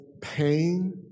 pain